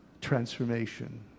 transformation